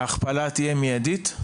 ההכפלה תהיה מיידית?